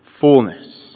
fullness